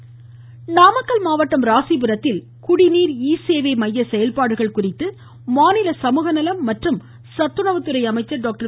சரோஜா நாமக்கல் மாவட்டம் ராசிபுரத்தில் குடிநீர் ஈ சேவை மைய செயல்பாடுகள் குறித்து மாநில சமூக நலம் மற்றும் சத்துணவுத்துறை அமைச்சர் டாக்டர்